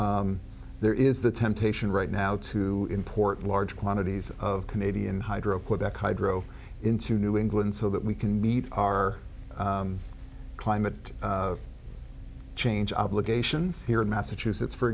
hydro there is the temptation right now to import large quantities of canadian hydro quebec hydro into new england so that we can meet our climate change obligations here in massachusetts for